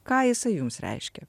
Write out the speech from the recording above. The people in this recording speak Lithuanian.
ką jisai jums reiškia